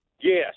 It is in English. Yes